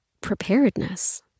preparedness